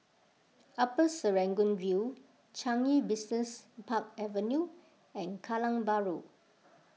Upper Serangoon View Changi Business Park Avenue and Kallang Bahru